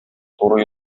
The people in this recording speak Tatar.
туры